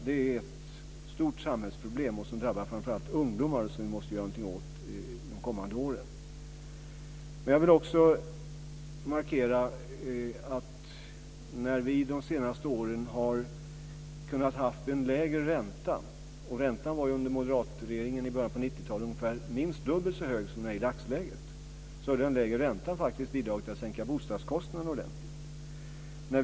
Det drabbar framför allt ungdomar, och något måste göras de kommande åren. Jag vill också markera att den lägre räntan de senaste åren - räntan under moderatregeringen i början av 90-talet var minst dubbelt så hög som i dagsläget - har bidragit till att sänka bostadskostnaderna ordentligt.